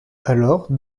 alors